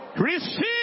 Receive